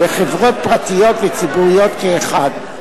בחברות פרטיות וציבוריות כאחד.